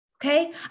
Okay